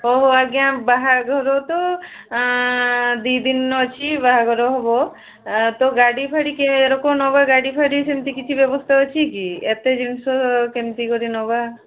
ହେଉ ଆଜ୍ଞା ବାହାଘର ତ ଦୁଇ ଦିନ ଅଛି ବାହାଘର ହେବ ତ ଗାଡ଼ିଫାଡ଼ି ୟାରକୁ ନେବା ଗାଡ଼ିଫାଡ଼ି ସେମତି କିଛି ବ୍ୟବସ୍ଥା ଅଛି କି ଏତେ ଜିନିିଷ କେମତି କରି ନେବା